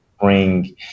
bring